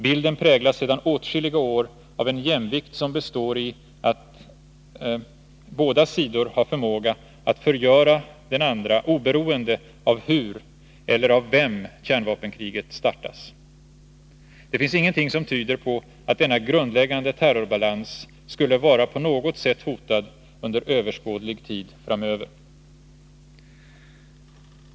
Bilden präglas sedan åtskilliga år av en jämvikt som består i att båda sidor har förmåga att förgöra den andra, oberoende av hur eller av vem kärnvapenkriget startas. Det finns ingenting som tyder på att denna grundläggande terrorbalans skulle vara på något sätt hotad under överskådlig tid framöver.